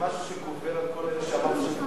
זה משהו שגובר על כל אלה שאמרת שמתנגדים?